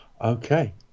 Okay